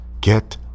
get